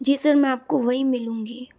जी sir मैं आपको वही मिलूँगी